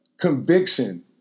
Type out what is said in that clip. conviction